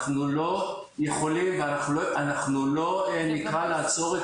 אנחנו לא יכולים ואנחנו לא נקרא לעצור את